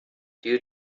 due